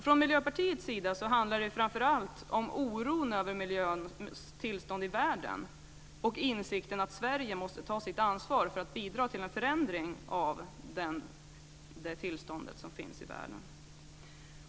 Från Miljöpartiets sida handlar det framför allt om oron över miljöns tillstånd i världen och om insikten att Sverige måste ta sitt ansvar för att bidra till en förändring av det tillstånd som är i världen.